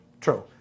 True